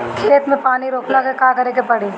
खेत मे पानी रोकेला का करे के परी?